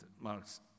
Marx